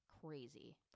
crazy